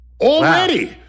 Already